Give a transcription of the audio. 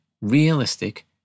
realistic